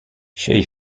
she